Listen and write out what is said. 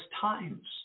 times